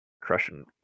crushing